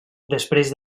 després